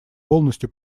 полностью